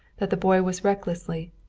that the boy was recklessly,